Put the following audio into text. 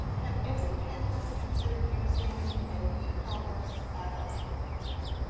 have any of the panelists considered using an ecommerce add-on model?